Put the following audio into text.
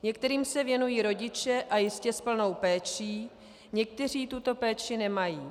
Některým se věnují rodiče, a jistě s plnou péčí, někteří tuto péči nemají.